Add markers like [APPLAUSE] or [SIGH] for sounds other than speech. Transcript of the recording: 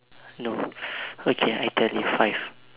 no [BREATH] okay I tell you five